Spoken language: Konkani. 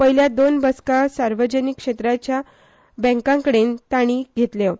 पयल्या दोन बसका सार्वजनिक क्षेत्रांच्या बँकाकडेन ताणी घेतल्यो